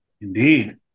Indeed